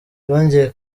byongeye